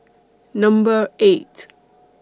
Number eight